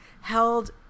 held